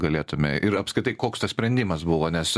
galėtume ir apskritai koks tas sprendimas buvo nes